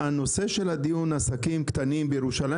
הנושא של הדיון הוא עסקים קטנים בירושלים